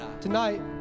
tonight